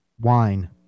wine